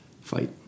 fight